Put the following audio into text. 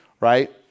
right